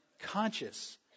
conscious